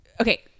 okay